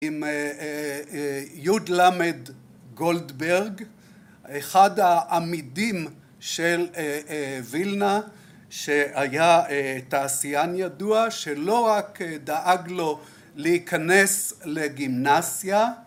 ‫עם י.ל.גולדברג, ‫אחד העמידים של וילנה, ‫שהיה תעשיין ידוע ‫שלא רק דאג לו להיכנס לגימנסיה,